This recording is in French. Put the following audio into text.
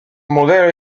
modèle